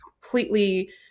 completely